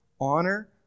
honor